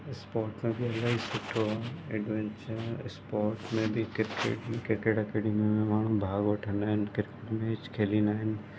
sport में बि इलाई सुठो एडवैंचर स्पोट में बि किरकेट किरकेट अकेडमी में माण्हू भाग वठंदा आहिनि क्रिकेट मैच खेलींदा आहिनि